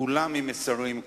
כולם עם מסרים,